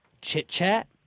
chit-chat